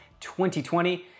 2020